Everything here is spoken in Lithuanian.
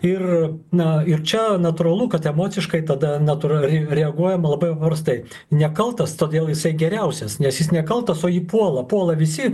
ir na ir čia natūralu kad emociškai tada natūraliai reaguojama labai paprastai nekaltas todėl jisai geriausias nes jis nekaltas o jį puola puola visi